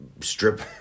Strip